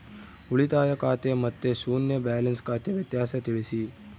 ಉಳಿತಾಯ ಖಾತೆ ಮತ್ತೆ ಶೂನ್ಯ ಬ್ಯಾಲೆನ್ಸ್ ಖಾತೆ ವ್ಯತ್ಯಾಸ ತಿಳಿಸಿ?